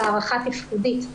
על הערכה תפקודית,